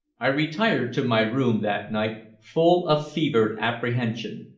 i retired to my room that night full of fevered apprehension.